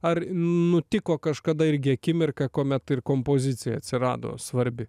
ar nutiko kažkada irgi akimirka kuomet ir kompozicija atsirado svarbi